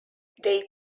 they